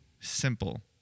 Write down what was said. simple